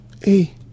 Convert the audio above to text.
Hey